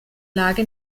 lage